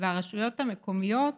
והרשויות המקומיות